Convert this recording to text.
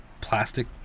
plastic